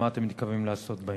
מה אתם מתכוונים לעשות בעניין?